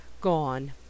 gone